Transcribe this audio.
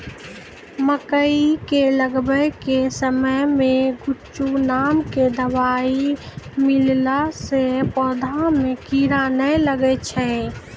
मकई के लगाबै के समय मे गोचु नाम के दवाई मिलैला से पौधा मे कीड़ा नैय लागै छै?